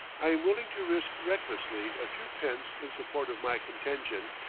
i am willing to risk recklessly a few pence in support of my contention,